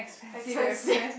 expensive